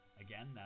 Again